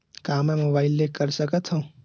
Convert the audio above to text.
का मै मोबाइल ले कर सकत हव?